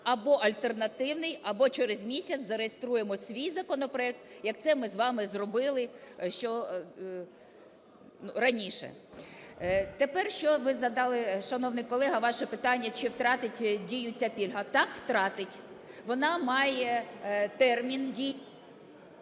або альтернативний, або через місяць зареєструємо свій законопроект, як це ми з вами зробили ще раніше. Тепер, що ви задали, шановний колего, ваше питання, чи втратить дію ця пільга. Так, втратить. Вона має термін дій…